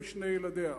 עם שני ילדיה.